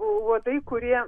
uodai kurie